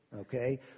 okay